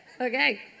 Okay